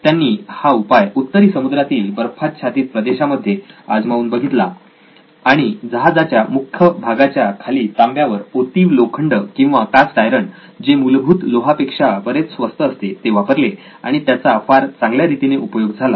त्यांनी हा उपाय उत्तरी समुद्रातील बर्फाच्छादित प्रदेशामध्ये आजमावून बघितला आणि जहाजाच्या मुख्य भागाच्या खाली तांब्यावर ओतीव लोखंड किंवा कास्ट आयरन जे मूलभूत लोहा पेक्षा बरेच स्वस्त असते ते वापरले आणि त्याचा फार चांगल्या रीतीने उपयोग झाला